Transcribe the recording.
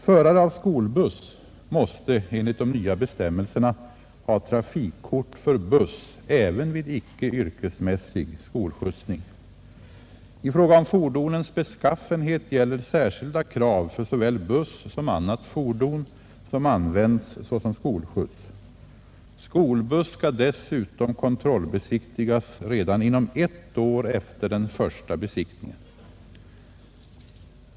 Förare av skolbuss måste enligt de nya bestämmelserna ha trafikkort för buss även vid icke yrkesmässig skolskjutsning. I fråga om fordonens beskaffenhet gäller särskilda krav för både buss och annat fordon som används såsom skolskjuts. Skolbuss skall dessutom kontrollbesiktigas redan inom ett år efter den första besiktningen.